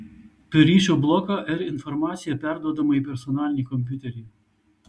per ryšio bloką r informacija perduodama į personalinį kompiuterį